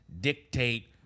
dictate